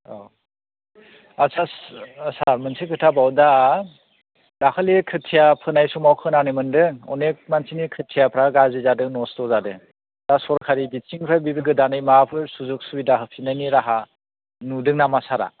औ आतसा सार मोनसे खोथाबाव दा दाखालि खोथिया फोनाय समाव खोनानो मोनदों अनेख मानसिनि खोथियाफ्रा गाज्रि जादों नस्त' जादों दा सरकारनि बिथिंनिफ्राय बेबो गोदानै माबाफोर सुजुग सुबिदाफोर होफिननायनि राहा नुदों नामा सार आ